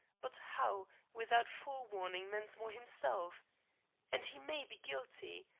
but how, without forewarning mensmore himself and he may be guilty.